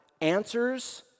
answers